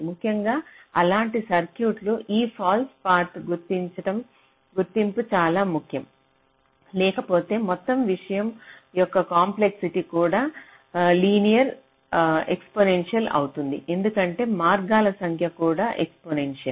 ముఖ్యంగా అలాంటి సర్క్యూట్లకు ఈ ఫాల్స్ పాత్ గుర్తింపు చాలా ముఖ్యం లేకపోతే మొత్తం విషయం యొక్క కాంప్లెక్సిటీ కూడా లీనియర్ ఎక్సపోనేన్షియల్ అవుతుంది ఎందుకంటే మార్గాల సంఖ్య కూడా ఎక్సపోనేన్షియల్